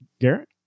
Garrett